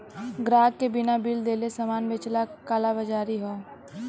ग्राहक के बिना बिल देले सामान बेचना कालाबाज़ारी हौ